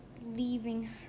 leaving